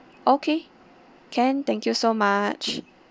okay can thank you so much